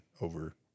over